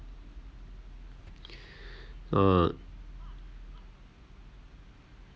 ah